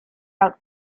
out